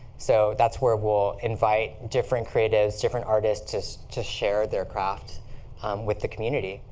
so that's where we'll invite different creatives, different artists just to share their craft with the community.